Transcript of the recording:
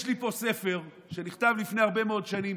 יש לי פה ספר שנכתב לפני הרבה מאוד שנים,